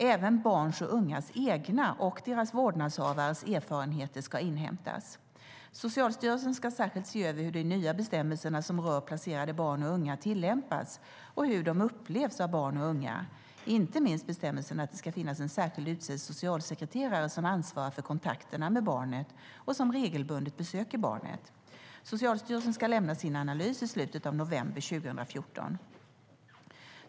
Även barns och ungas egna och deras vårdnadshavares erfarenheter ska inhämtas. Socialstyrelsen ska särskilt se över hur de nya bestämmelser som rör placerade barn och unga tillämpas och hur de upplevs av barn och unga - inte minst bestämmelsen att det ska finnas en särskilt utsedd socialsekreterare som ansvarar för kontakterna med barnet och som regelbundet besöker barnet. Socialstyrelsen ska lämna sin analys i slutet av november 2014.